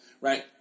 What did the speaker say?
right